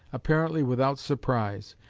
apparently without surprise.